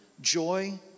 joy